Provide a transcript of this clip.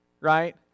right